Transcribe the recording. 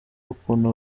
ukuntu